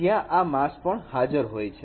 જ્યાં આ માસ્ક પણ હાજર હોય છે